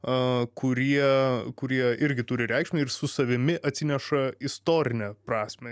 kurie kurie irgi turi reikšmę ir su savimi atsineša istorinę prasmę